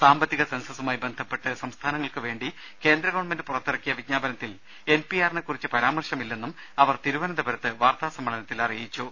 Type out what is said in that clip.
സാമ്പത്തിക സെൻസസുമായി ബന്ധപ്പെട്ട് സംസ്ഥാനങ്ങൾക്കുവേണ്ടി കേന്ദ്ര ഗവൺമെന്റ് പുറത്തിറക്കിയ വിജ്ഞാപനത്തിൽ എൻ പി ആറിനെ കുറിച്ച് പരാമർശമില്ലെന്നും അവർ തിരുവനന്തപുരത്ത് വാർത്താ സമ്മേളനത്തിൽ അറിയിച്ചു